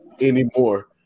anymore